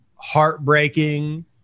heartbreaking